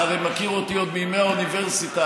אתה עוד מכיר אותי מימי האוניברסיטה,